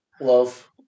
love